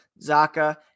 Zaka